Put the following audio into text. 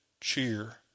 cheer